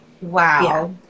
Wow